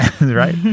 right